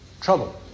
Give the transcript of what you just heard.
trouble